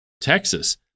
Texas